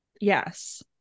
Yes